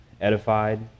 edified